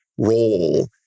role